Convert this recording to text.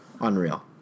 unreal